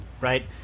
Right